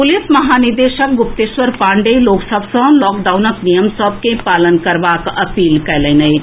police महानिदेशक गुप्तेश्वर पांडेय लोक सभ सँ लॉकडाउनक नियम सभ के पालन करबाक अपील कएलनि अछि